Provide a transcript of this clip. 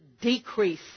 decrease